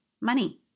money